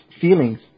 feelings